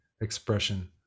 expression